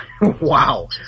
Wow